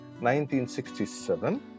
1967